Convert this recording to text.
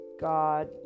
God